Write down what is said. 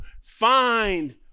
find